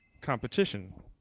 competition